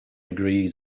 agrees